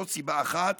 זאת סיבה אחת